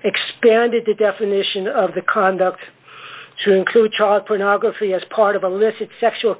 expanded the definition of the conduct to include child pornography as part of a listed sexual